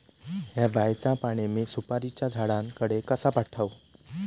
हया बायचा पाणी मी सुपारीच्या झाडान कडे कसा पावाव?